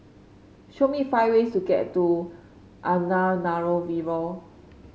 show me five ways to get to Antananarivo